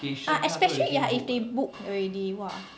ah especially ya if they booked already !wah!